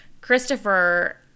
Christopher